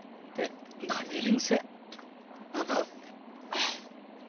ᱚᱱᱛᱮ ᱫᱟᱨᱡᱤᱞᱤᱝ ᱥᱮᱫ ᱟᱫᱚ